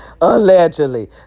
Allegedly